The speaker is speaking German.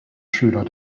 schüler